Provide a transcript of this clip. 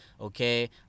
okay